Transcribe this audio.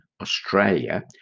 Australia